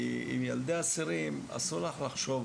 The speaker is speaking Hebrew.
כי עם ילדי אסירים אסור לך לחשוב